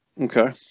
Okay